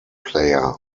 player